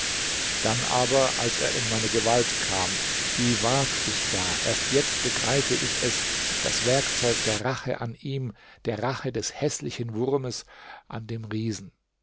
dann aber als er in meine gewalt kam wie ward ich da erst jetzt begreife ich es das werkzeug der rache an ihm der rache des häßlichen wurmes an dem riesen